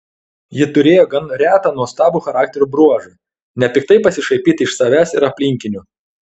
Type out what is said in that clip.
ji turėjo gan retą nuostabų charakterio bruožą nepiktai pasišaipyti iš savęs ir aplinkinių